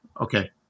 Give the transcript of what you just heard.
Okay